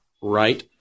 right